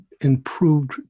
improved